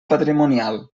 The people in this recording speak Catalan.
patrimonial